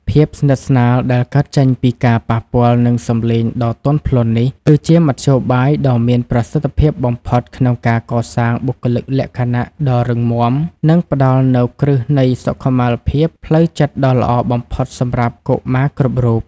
ភាពស្និទ្ធស្នាលដែលកើតចេញពីការប៉ះពាល់ និងសំឡេងដ៏ទន់ភ្លន់នេះ គឺជាមធ្យោបាយដ៏មានប្រសិទ្ធភាពបំផុតក្នុងការកសាងបុគ្គលិកលក្ខណៈដ៏រឹងមាំ និងផ្ដល់នូវគ្រឹះនៃសុខុមាលភាពផ្លូវចិត្តដ៏ល្អបំផុតសម្រាប់កុមារគ្រប់រូប។